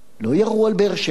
לא ירו על באר-שבע,